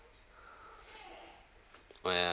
oh ya